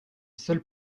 seul